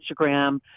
Instagram